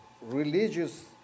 religious